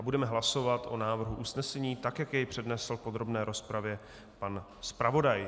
Budeme hlasovat o návrhu usnesení, jak jej přednesl v podrobné rozpravě pan zpravodaj.